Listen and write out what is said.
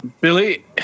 Billy